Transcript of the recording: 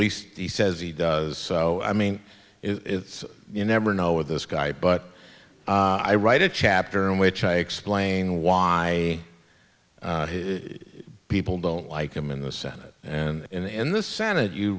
least he says he does so i mean it's you never know with this guy but i write a chapter in which i explain why people don't like him in the senate and in the senate you